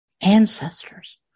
ancestors